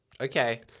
Okay